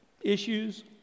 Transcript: Issues